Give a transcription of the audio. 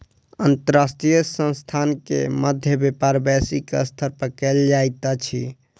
अंतर्राष्ट्रीय संस्थान के मध्य व्यापार वैश्विक स्तर पर कयल जाइत अछि